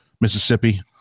Mississippi